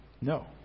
No